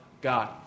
God